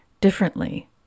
differently